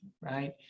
right